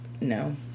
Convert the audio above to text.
no